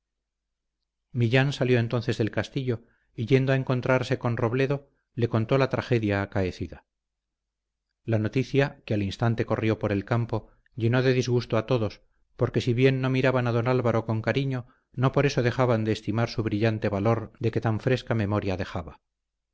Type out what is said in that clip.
millán salió entonces del castillo y yendo a encontrarse con robledo le contó la tragedia acaecida la noticia que al instante corrió por el campo llenó de disgusto a todos porque si bien no miraban a don álvaro con cariño no por eso dejaban de estimar su brillante valor de que tan fresca memoria dejaba